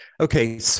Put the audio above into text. Okay